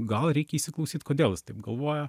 gal reikia įsiklausyt kodėl jis taip galvoja